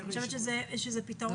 אני חושבת שזה פתרון.